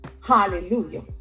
hallelujah